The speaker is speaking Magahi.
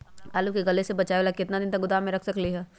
आलू के गले से बचाबे ला कितना दिन तक गोदाम में रख सकली ह?